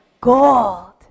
gold